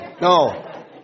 No